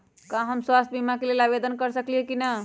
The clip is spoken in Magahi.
का हम स्वास्थ्य बीमा के लेल आवेदन कर सकली ह की न?